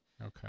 okay